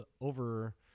over –